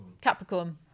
Capricorn